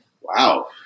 wow